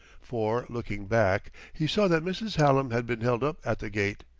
for, looking back, he saw that mrs. hallam had been held up at the gate,